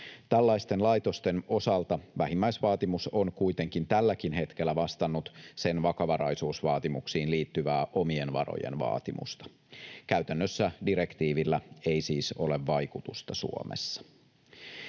Tällaisten laitosten osalta vähimmäisvaatimus on kuitenkin tälläkin hetkellä vastannut sen vakavaraisuusvaatimuksiin liittyvää omien varojen vaatimusta. Käytännössä direktiivillä ei siis ole vaikutusta Suomessa.